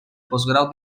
postgrau